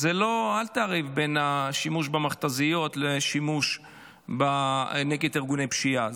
אל תערב בין השימוש במכת"זיות לשימוש נגד ארגוני פשיעה,